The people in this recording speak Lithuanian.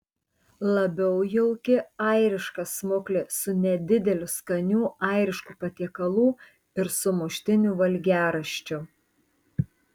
labiau jauki airiška smuklė su nedideliu skanių airiškų patiekalų ir sumuštinių valgiaraščiu